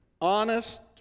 honest